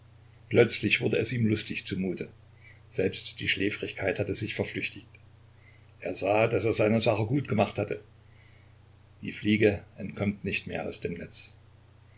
plötzlich wurde es ihm lustig zumute selbst die schläfrigkeit hatte sich verflüchtigt er sah daß er seine sache gut gemacht hatte die fliege entkommt nicht mehr aus dem netz